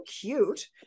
cute